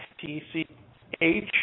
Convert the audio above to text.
T-C-H